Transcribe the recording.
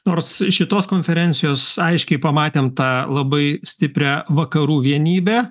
nors iš šitos konferencijos aiškiai pamatėm tą labai stiprią vakarų vienybę